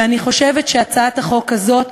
ואני חושבת שהצעת החוק הזאת,